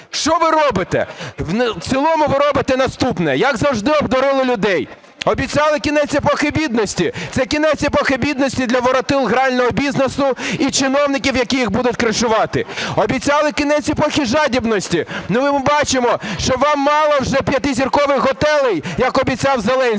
Що ви робите? В цілому ви робите наступне: Як завжди обдурили людей. Обіцяли кінець епохи бідності. Це кінець епохи бідності для воротил грального бізнесу і чиновників, які їх будуть кришувати. Обіцяли кінець епохи жадібності. Ми бачимо, що вам мало вже п'ятизіркових готелів як обіцяв Зеленський.